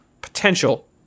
potential